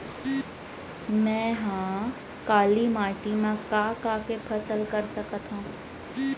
मै ह काली माटी मा का का के फसल कर सकत हव?